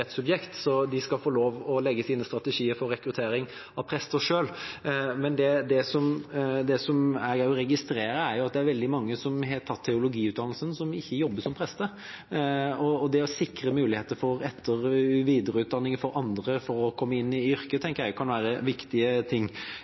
rettssubjekt, så de skal få lov til å legge sine strategier for rekruttering av prester selv. Det jeg også registrerer, er at veldig mange som har tatt teologiutdannelsen, ikke jobber som prester. Det å sikre muligheter for etter- og videreutdanning for andre til å komme inn i yrket, tenker jeg kan være